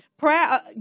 prayer